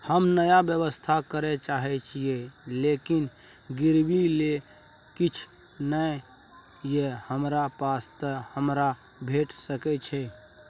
हम नया व्यवसाय करै चाहे छिये लेकिन गिरवी ले किछ नय ये हमरा पास त हमरा भेट सकै छै?